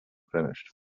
finished